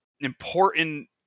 important